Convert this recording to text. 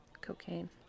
Cocaine